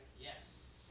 Yes